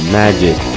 magic